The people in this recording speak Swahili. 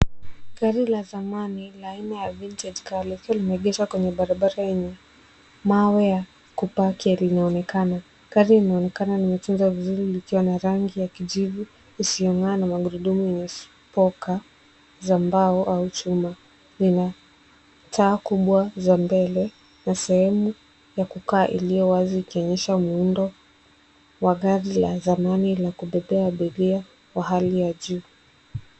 Gari la zamani la aina ya vintage carl likiwa limeegeshwa kwenye barabara yenye mawe ya kupaki linaonekana. Gari linaonekana limechorwa vizuri likiwa na rangi ya kijivu isiong'aa na magurudumu yenye spoka za mbao au chuma. Taa kubwa za mbele na sehemu ya kukaa iliyo wazi ikionyesha muundo wa gari la zamani la kubebea abiria wa hali ya juu.